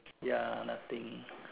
ya nothing